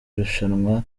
irushanwa